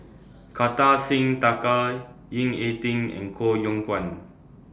Kartar Singh Thakral Ying E Ding and Koh Yong Guan